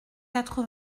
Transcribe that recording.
quatre